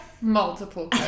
multiple